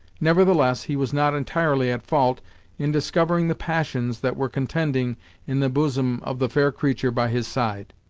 nevertheless he was not entirely at fault in discovering the passions that were contending in the bosom of the fair creature by his side,